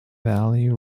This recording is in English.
valley